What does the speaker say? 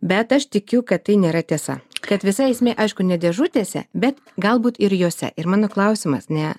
bet aš tikiu kad tai nėra tiesa kad visa esmė aišku ne dėžutėse bet galbūt ir jose ir mano klausimas ne